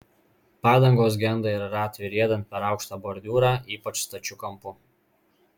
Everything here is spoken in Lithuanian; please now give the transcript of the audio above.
padangos genda ir ratui riedant per aukštą bordiūrą ypač stačiu kampu